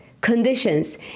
conditions